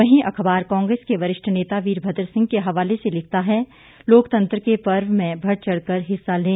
वहीं अखबार कांग्रेस के वरिष्ठ नेता वीरभद्र सिंह के हवाले से लिखता है लोकतंत्र के पर्व में बढ़चढ़ कर हिस्सा लें